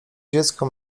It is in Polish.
dziecko